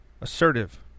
Assertive